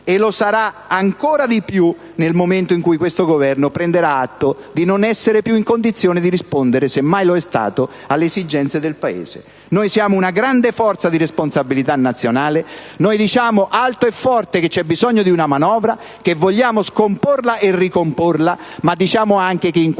e lo sarà ancora di più nel momento in cui questo Governo prenderà atto di non essere più in condizione di rispondere - se mai lo è stato - alle esigenze del Paese. Siamo una grande forza di responsabilità nazionale: diciamo alto e forte che c'è bisogno di una manovra, che vogliamo scomporre e ricomporre, ma diciamo anche che in